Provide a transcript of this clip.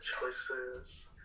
choices